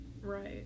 Right